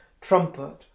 trumpet